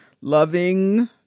loving